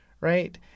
right